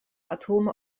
atome